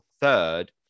third